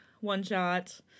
one-shot